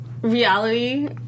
reality